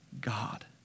God